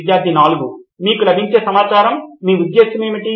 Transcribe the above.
విద్యార్థి 4 మీకు లభించే సమాచారం మీ ఉద్దేశ్యం ఏమిటి